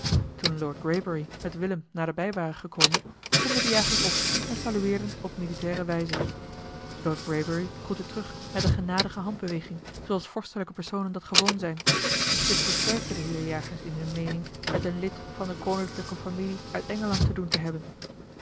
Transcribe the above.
willem roda met willem naderbij waren gekomen stonden de jagers op en salueerden op militaire wijze lord greybury groette terug met eene genadige handbeweging zooals vorstelijke personen dat gewoon zijn dit versterkte de heeren jagers in hunne meening met een lid van de koninklijke familie uit engeland te doen te hebben